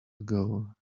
ago